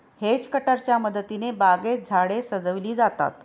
hedge कटरच्या मदतीने बागेत झाडे सजविली जातात